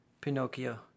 pinocchio